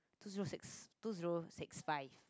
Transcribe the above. two zero six two zero six five